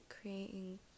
creating